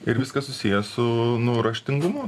ir viskas susiję su nu raštingumu